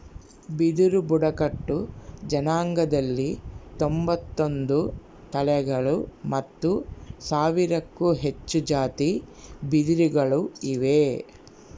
ಬಿದಿರು ಬುಡಕಟ್ಟು ಜನಾಂಗದಲ್ಲಿ ತೊಂಬತ್ತೊಂದು ತಳಿಗಳು ಮತ್ತು ಸಾವಿರಕ್ಕೂ ಹೆಚ್ಚು ಜಾತಿ ಬಿದಿರುಗಳು ಇವೆ